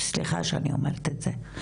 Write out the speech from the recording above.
סליחה שאני אומרת את זה.